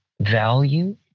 value